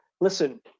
Listen